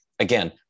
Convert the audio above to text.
Again